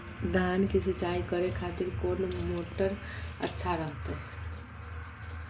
धान की सिंचाई करे खातिर कौन मोटर अच्छा रहतय?